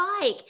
bike